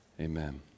amen